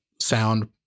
sound